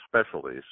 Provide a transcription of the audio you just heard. specialties